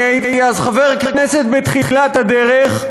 אני הייתי אז חבר כנסת בתחילת הדרך,